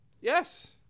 Yes